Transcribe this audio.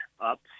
up